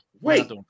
wait